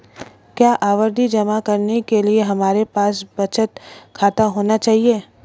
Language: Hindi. क्या आवर्ती जमा खोलने के लिए हमारे पास बचत खाता होना चाहिए?